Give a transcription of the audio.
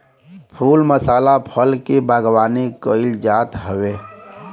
फूल मसाला फल के बागवानी कईल जात हवे